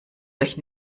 euch